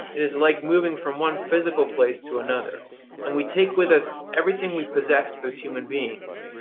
it is like moving from one physical place to another and we take with us everything we possessed as human beings,